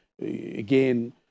again